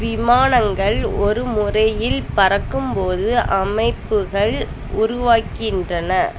விமானங்கள் ஒரு முறையில் பறக்கும்போது அமைப்புகள் உருவாக்கின்றன